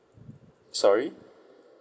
sorry